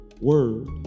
word